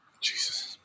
Jesus